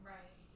Right